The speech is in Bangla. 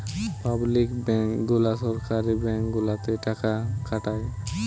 পাবলিক ব্যাংক গুলা সরকারি ব্যাঙ্ক গুলাতে টাকা খাটায়